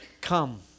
Come